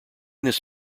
this